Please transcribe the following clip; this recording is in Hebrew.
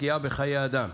פגיעה בחיי אדם.